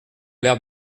l’air